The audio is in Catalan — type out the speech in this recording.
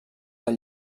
del